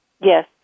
Yes